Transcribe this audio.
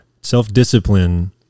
self-discipline